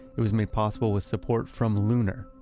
it was made possible with support from lunar,